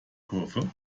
kurve